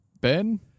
Ben